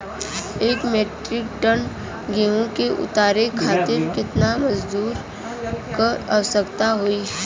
एक metric ton गेहूँ के उतारे खातीर कितना मजदूर क आवश्यकता होई?